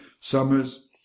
summers